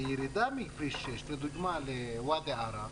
הירידה מכביש 6 לדוגמה לוואדי ערה,